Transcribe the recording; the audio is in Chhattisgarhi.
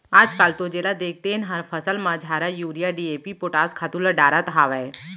आजकाल तो जेला देख तेन हर फसल म झारा यूरिया, डी.ए.पी, पोटास खातू ल डारत हावय